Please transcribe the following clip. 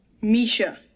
Misha